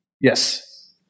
Yes